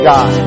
God